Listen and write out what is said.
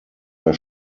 der